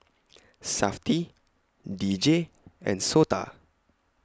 Safti D J and Sota